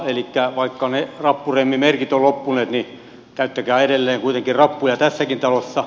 elikkä vaikka ne rappuremmi merkit ovat loppuneet käyttäkää edelleen kuitenkin rappuja tässäkin talossa